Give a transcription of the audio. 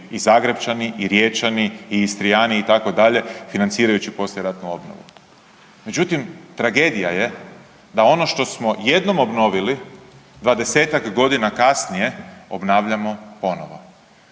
i Zagrepčani i Riječani i Istrijani itd. financirajući poslijeratnu obnovu. Međutim, tragedija je da ono što smo jednom obnovili 20-tak godina kasnije obnavljamo ponovo,